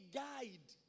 guide